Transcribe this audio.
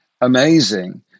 amazing